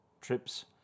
trips